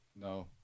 No